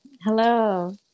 Hello